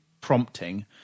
prompting